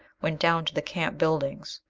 went down to the camp buildings.